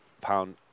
pound